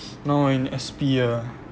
now I in S_P ah